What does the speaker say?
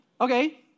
Okay